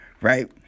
right